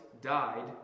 died